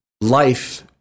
life